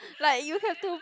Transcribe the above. like you have to